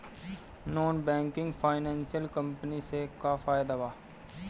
Non banking financial company से का फायदा बा?